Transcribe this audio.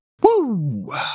Woo